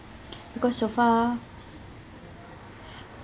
because so far